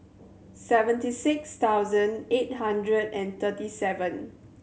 seventy six thousand eight hundred and thirty seven